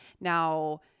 Now